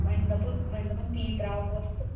وۄنۍ دَپو وۄنۍ دَپان تی ترٛاوہوس تہٕ